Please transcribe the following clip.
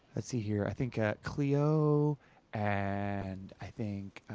let's see here. i think cleo and i think,